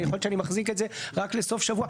יכול להיות שאני מחזיק את זה רק לסוף שבוע.